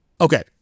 Okay